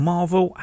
Marvel